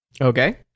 Okay